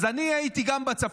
אז גם אני הייתי בצפון,